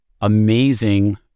amazing